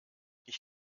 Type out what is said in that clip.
ich